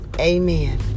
Amen